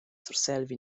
surselva